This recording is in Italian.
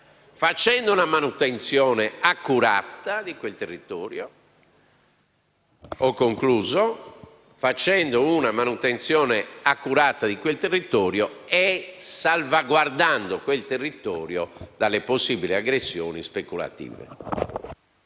facendo una manutenzione accurata di quel territorio e salvaguardandolo dalle possibili aggressioni speculative.